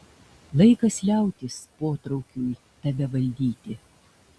laikas liautis potraukiui tave valdyti